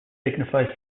signifies